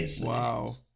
Wow